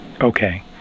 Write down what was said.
Okay